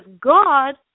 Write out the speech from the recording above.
God